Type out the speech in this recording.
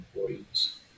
employees